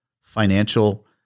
financial